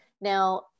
Now